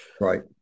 Right